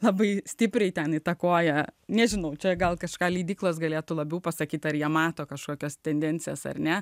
labai stipriai ten įtakoja nežinau čia gal kažką leidyklos galėtų labiau pasakyti ar jie mato kažkokias tendencijas ar ne